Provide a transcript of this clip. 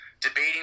debating